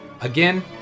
Again